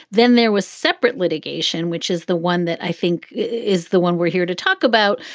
then there was separate litigation, which is the one that i think is the one we're here to talk about,